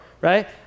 right